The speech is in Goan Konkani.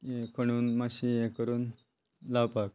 मातशें हें करून लावपाक